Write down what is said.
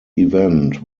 event